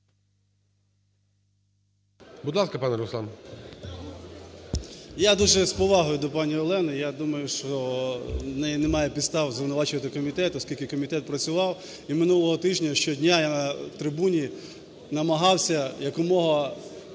КНЯЗЕВИЧ Р.П. Я дуже з повагою до пані Олени. Я думаю, що у неї немає підстав звинувачувати комітет, оскільки комітет працював, і минулого тижня щодня я на трибуні намагався якомога